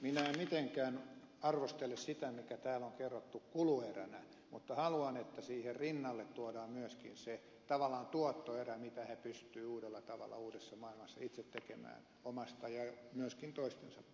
minä en mitenkään arvostele sitä mikä täällä on kerrottu kulueränä mutta haluan että siihen rinnalle tuodaan myöskin tavallaan se tuottoerä mitä he pystyvät uudella tavalla uudessa maailmassa itse tekemään omasta ja myöskin toistensa puolesta